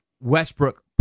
Westbrook